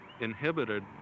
inhibited